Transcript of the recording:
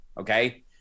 okay